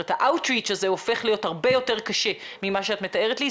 ה-out reach הזה הופך להיות הרבה יותר קשה ממה שאת מתארת לי.